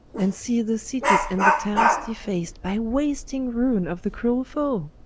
and see the cities and the townes defac't, by wasting ruine of the cruell foe,